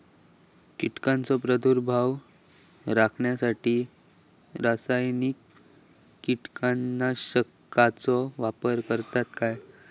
कीटकांचो प्रादुर्भाव रोखण्यासाठी रासायनिक कीटकनाशकाचो वापर करतत काय?